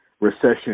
recession